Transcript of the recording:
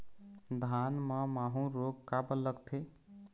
धान म माहू रोग काबर लगथे?